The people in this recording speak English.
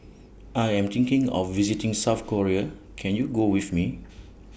I Am thinking of visiting South Korea Can YOU Go with Me